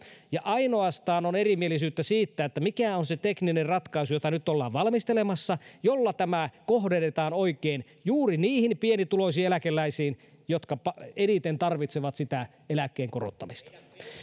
ja ainoastaan on erimielisyyttä siitä mikä on se tekninen ratkaisu jota nyt ollaan valmistelemassa jolla tämä kohdennetaan oikein juuri niihin pienituloisiin eläkeläisiin jotka eniten tarvitsevat sitä eläkkeen korottamista